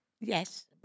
Yes